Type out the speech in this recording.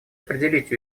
определить